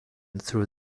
through